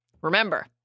remember